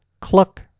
cluck